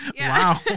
Wow